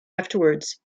afterwards